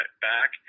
back